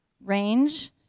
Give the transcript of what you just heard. range